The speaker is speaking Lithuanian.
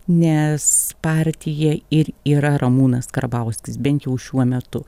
nes partija ir yra ramūnas karbauskis bent jau šiuo metu